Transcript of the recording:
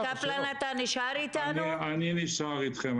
אני נשאר אתכם.